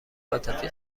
عاطفی